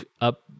up